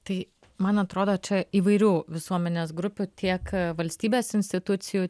tai man atrodo čia įvairių visuomenės grupių tiek valstybės institucijų